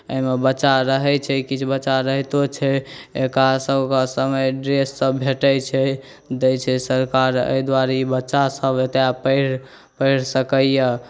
एहिमे बच्चा रहै छै किछु बच्चा रहितो छै एकरा सबके समय ड्रेससब भेटै छै दै छै सरकार अहि दुआरे ई बच्चा एतऽ पढ़ि सकैए